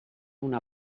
una